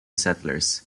settlers